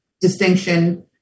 distinction